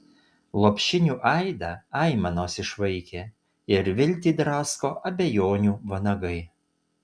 lopšinių aidą aimanos išvaikė ir viltį drasko abejonių vanagai